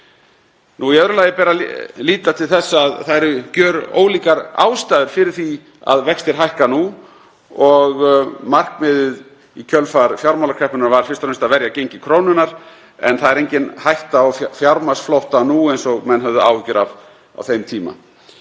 Í öðru lagi ber að líta til þess að það eru gjörólíkar ástæður fyrir því að vextir hækka nú. Markmiðið í kjölfar fjármálakreppunnar var fyrst og fremst að verja gengi krónunnar, en það er engin hætta á fjármagnsflótta nú eins og menn höfðu áhyggjur af á þeim tíma.